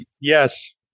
yes